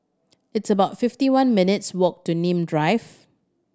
it's about fifty one minutes' walk to Nim Drive